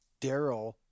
daryl